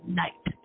night